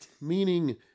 meaning